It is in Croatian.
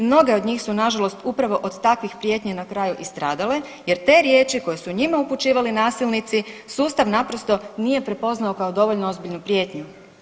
Mnoge od njih su nažalost upravo od takvih prijetnji na kraju i stradale jer te riječi koje su njima upućivali nasilnici sustav naprosto nije prepoznao kao dovoljno ozbiljnu prijetnju.